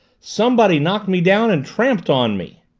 somebody knocked me down and tramped on me!